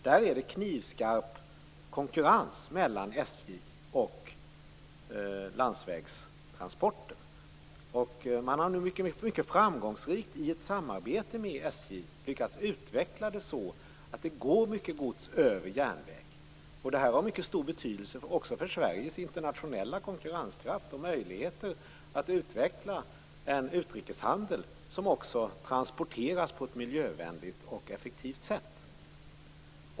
Där är det knivskarp konkurrens mellan SJ och landsvägstransporter. I ett framgångsrikt samarbete med SJ har man lyckats att utveckla det så att det går mycket gods över järnväg. Detta har mycket stor betydelse också för Sveriges internationella konkurrenskraft och möjligheter att utveckla en utrikeshandel där varor transporteras på ett miljövänligt och effektivt sätt.